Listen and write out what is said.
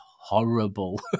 horrible